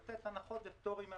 לתת הנחות ופטורים מארנונה.